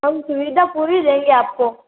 हम सुविधा पूरी देंगे आपको